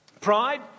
Pride